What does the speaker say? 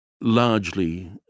largely